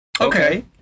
okay